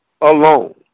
alone